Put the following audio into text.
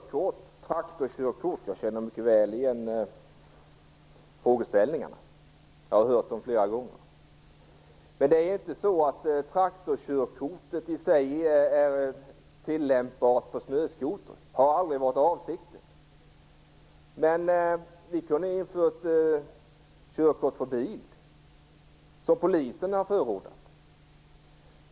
Jag känner mycket väl igen frågeställningarna kring traktorkörkort. Jag har hört dem flera gånger. Men traktorkörkortet i sig är inte tillämpbart på snöskoter. Det har aldrig varit avsikten. Vi kunde ha infört krav på körkort för bil, som polisen har förordat.